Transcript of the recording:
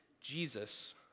Jesus